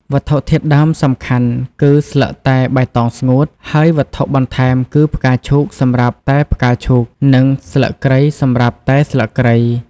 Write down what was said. វត្ថុធាតុដើមសំខាន់គឺ ស្លឹកតែបៃតងស្ងួត ហើយវត្ថុបន្ថែមគឺផ្កាឈូកសម្រាប់តែផ្កាឈូក និងស្លឹកគ្រៃសម្រាប់តែស្លឹកគ្រៃ។